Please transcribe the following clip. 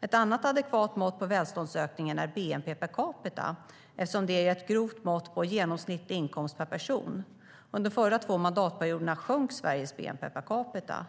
Ett annat adekvat mått på välståndsökning är bnp per capita, eftersom det ger ett grovt mått på genomsnittlig inkomst per person. Under de förra två mandatperioder sjönk Sveriges bnp per capita.